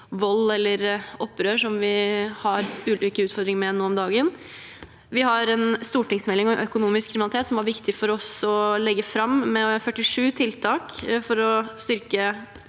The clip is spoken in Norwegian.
vold eller opprør, som vi har ulike utfordringer med nå om dagen. Vi har en stortingsmelding om økonomisk kriminalitet, som det var viktig for oss å legge fram, med 47 tiltak for å styrke